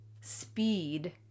speed